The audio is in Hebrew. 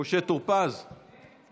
משה טור פז הוסר.